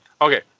Okay